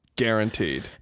guaranteed